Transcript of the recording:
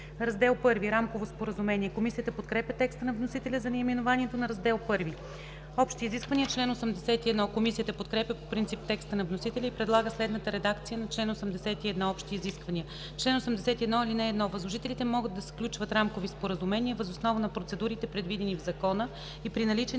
„Раздел I – Рамково споразумение”. Комисията подкрепя текста на вносителя за наименованието на Раздел I. Член 81 – „Общи изисквания”. Комисията подкрепя по принцип текста на вносителя и предлага следната редакция на чл. 81: „Общи изисквания Чл. 81. (1) Възложителите могат да сключват рамкови споразумения въз основа на процедурите, предвидени в закона, и при наличие